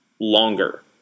longer